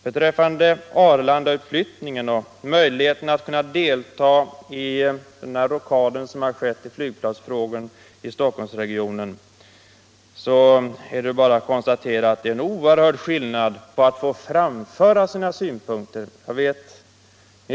Beträffande Arlandautflyttningen och möjligheten att delta i den rockad som har skett i flygplatsfrågan i Stockholmsregionen är det bara att konstatera att det är en oerhörd skillnad på att få framföra sina synpunkter och att få delta från början i diskussionen om hur en flygplatsutformning skall ske.